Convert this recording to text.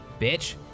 bitch